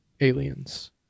aliens